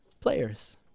players